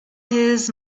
his